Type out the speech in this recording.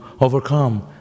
overcome